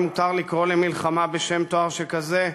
אם מותר לקרוא למלחמה בשם תואר שכזה?